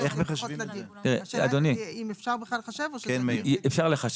השאלה אם בכלל אפשר לחשב.